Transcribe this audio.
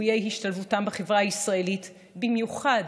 לסיכויי השתלבותם בחברה הישראלית, במיוחד